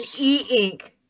e-ink